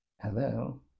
Hello